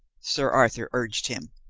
sir arthur urged him.